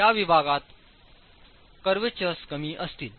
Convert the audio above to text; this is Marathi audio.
त्या विभागात क्रवर्चर्स कमी असतील